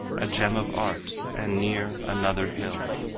a gem of art and near, another hill,